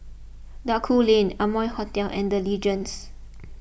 Duku Lane Amoy Hotel and the Legends